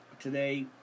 today